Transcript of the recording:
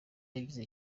yagize